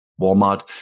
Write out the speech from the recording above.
Walmart